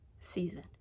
season